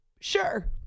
sure